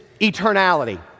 eternality